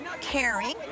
Caring